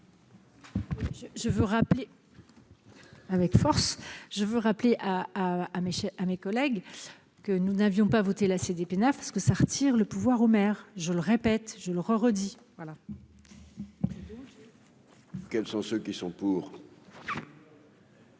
je veux rappeler. Avec force, je veux rappeler à à mes à mes collègues que nous n'avions pas voter la Cdpenaf parce que ça retire le pouvoir au maire, je le répète, je le redis voilà. Quels sont ceux qui sont pour.